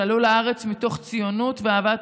שעלו לארץ מתוך ציונות ואהבת